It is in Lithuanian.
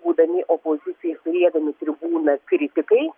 būdami opozicijoj ir turėdami tribūną kritikai